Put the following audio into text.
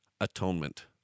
atonement